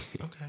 Okay